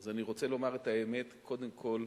אז אני רוצה לומר את האמת, קודם כול,